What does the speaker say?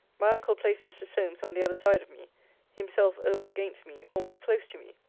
my uncle placed mr. solmes on the other side of me himself over-against me, almost close to me.